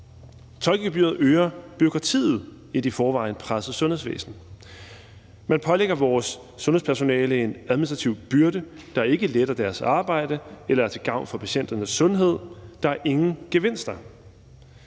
Tolkegebyret øger bureaukratiet i et i forvejen presset sundhedsvæsen. Man pålægger vores sundhedspersonale en administrativ byrde, der ikke letter deres arbejde eller er til gavn for patienternes sundhed, der er ingen gevinster.